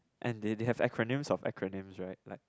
and they they have acronym of acronym right like